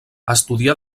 estudià